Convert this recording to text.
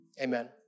Amen